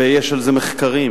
ויש על זה מחקרים.